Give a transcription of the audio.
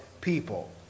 people